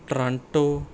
Toronto